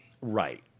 Right